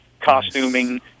costuming